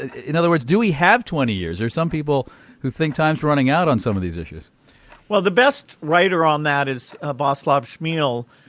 in other words, do we have twenty years? there's some people who think time's running out on some of these issues well, the best writer on that is vaclav smil,